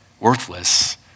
worthless